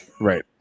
Right